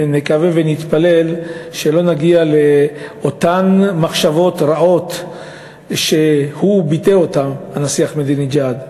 ונקווה ונתפלל שלא נגיע לאותן מחשבות רעות שביטא אותן הנשיא אחמדינג'אד,